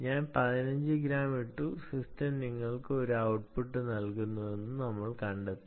ഞാൻ 15 ഗ്രാം ഇട്ടു സിസ്റ്റം നിങ്ങൾക്ക് ഒരു ഔട്ട്പുട്ട് നൽകുന്നുവെന്ന് നമ്മൾ കണ്ടെത്തി